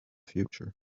future